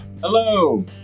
Hello